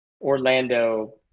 Orlando